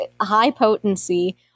high-potency